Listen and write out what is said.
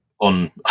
on